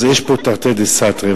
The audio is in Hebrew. יש פה תרתי דסתרי.